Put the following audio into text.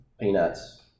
peanuts